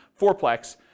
fourplex